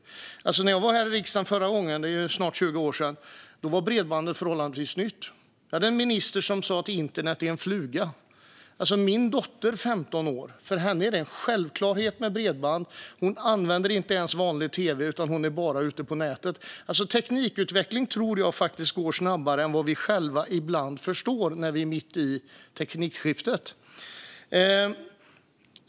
När jag var här i riksdagen förra gången, för snart 20 år sedan, var bredband förhållandevis nytt. Vi hade en minister som sa att internet är en fluga. Min dotter är 15 år. För henne är det en självklarhet med bredband. Hon använder inte ens vanlig tv, utan hon är bara ute på nätet. Teknikutveckling tror jag faktiskt går snabbare än vi själva ibland förstår när vi är mitt i teknikskiftet.